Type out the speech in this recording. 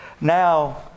Now